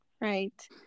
right